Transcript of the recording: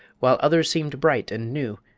while others seemed bright and new,